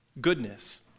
goodness